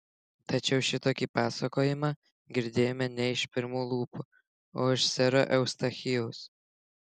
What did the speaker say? tačiau šitokį pasakojimą girdėjome ne iš pirmų lūpų o iš sero eustachijaus